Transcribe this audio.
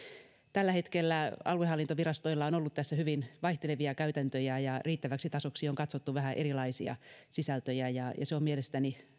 tällä hetkellä aluehallintovirastoilla on ollut tässä hyvin vaihtelevia käytäntöjä ja riittäväksi tasoksi on katsottu vähän erilaisia sisältöjä ja se mielestäni